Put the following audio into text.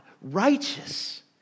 righteous